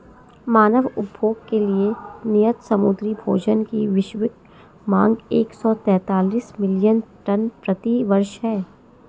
मानव उपभोग के लिए नियत समुद्री भोजन की वैश्विक मांग एक सौ तैंतालीस मिलियन टन प्रति वर्ष है